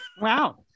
Wow